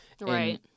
Right